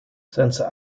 sensor